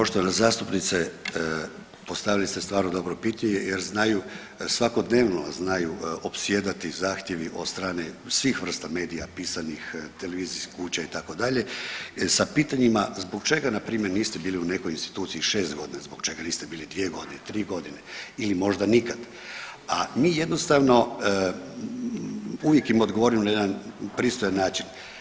Poštovana zastupnice, postavili ste stvarno dobro pitanje jer znaju svakodnevno opsjedati zahtjevi od strane svih vrsta medija pisanih, televizijskih kuća itd. sa pitanjima zbog čega npr. niste bili u nekoj instituciji šest godina, zbog čega niste bili dvije godine, tri godine ili možda nikad, a mi jednostavno uvijek im odgovorimo na jedan pristojan način.